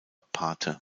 pate